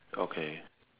okay